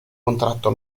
contratto